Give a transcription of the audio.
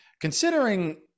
considering